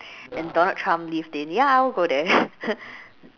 and Donald Trump lived in ya I would go there